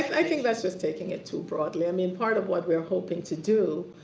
i think that's just taking it too broadly. i mean, part of what we are hoping to do,